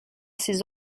ses